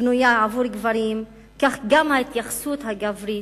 בנויה עבור גברים, כך גם ההתייחסות הגברית,